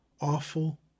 awful